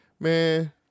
Man